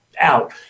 out